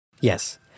Yes